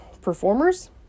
performers